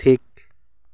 ᱴᱷᱤᱠ